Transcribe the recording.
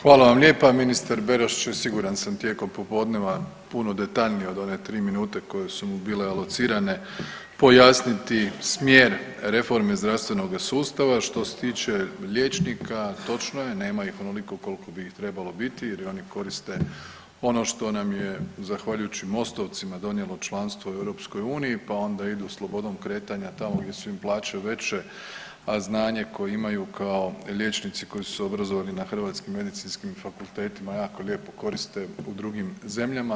Hvala vam lijepa, ministar Beroš će siguran sam tijekom popodneva puno detaljnije od one 3 minute koje su mu bile alocirane pojasniti smjer reforme zdravstvenoga sustava, a što se tiče liječnika točno je nema ih onoliko koliko bi ih trebalo biti jer i oni koriste ono što nam je zahvaljujući MOST-ovcima donijelo članstvo u EU pa onda idu slobodom kretanja tamo gdje su im plaće veće, a znanje koje imaju kao liječnici koji su obrazovani na hrvatskim medicinskim fakultetima jako lijepo koriste u drugim zemljama.